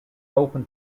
open